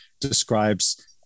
describes